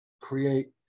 create